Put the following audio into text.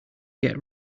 get